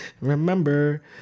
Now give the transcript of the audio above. Remember